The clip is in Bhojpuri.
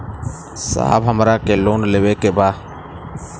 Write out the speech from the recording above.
साहब हमरा के लोन लेवे के बा